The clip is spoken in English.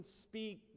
speak